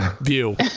view